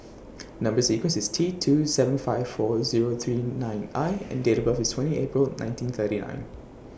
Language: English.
Number sequence IS T two seven five four Zero three nine I and Date of birth IS twenty April nineteen thirty nine